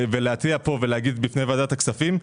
להתריע פה בפני ועדת הכספים,